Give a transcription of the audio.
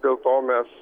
dėl to mes